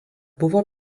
buvo